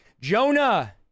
Jonah